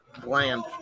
bland